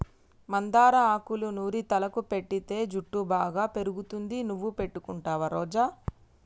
మందార ఆకులూ నూరి తలకు పెటితే జుట్టు బాగా పెరుగుతుంది నువ్వు పెట్టుకుంటావా రోజా